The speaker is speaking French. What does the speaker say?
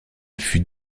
fut